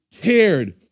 cared